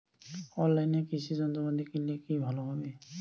অনলাইনে কৃষি যন্ত্রপাতি কিনলে কি ভালো হবে?